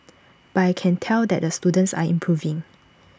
but I can tell that the students are improving